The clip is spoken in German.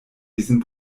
diesen